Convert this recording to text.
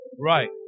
Right